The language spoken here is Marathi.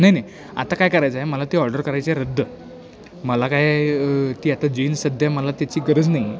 नाही नाही आता काय करायचं आहे मला ती ऑर्डर करायची रद्द मला काही ती आता जीन्स सध्या मला त्याची गरज नाही आहे